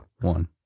one